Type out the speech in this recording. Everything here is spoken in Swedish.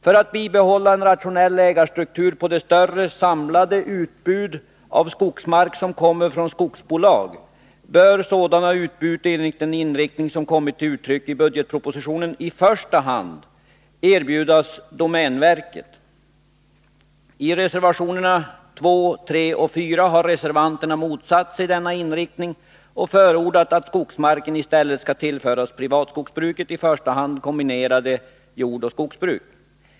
För att bibehålla en rationell ägarstruktur på de större samlade utbud av skogsmark som kommer från skogsbolag bör sådana utbud, enligt den inriktning som kommit till uttryck i budetpropositionen, i första hand riktas till domänverket. I reservationerna 2, 3 och 4 har reservanterna motsatt sig denna inriktning och förordat att skogsmarken i stället skall tillföras privatskogsbruket, i första hand kombinerade jordoch skogsbruk.